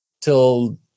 till